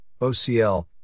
OCL